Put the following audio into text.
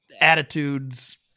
attitudes